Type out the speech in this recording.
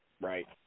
Right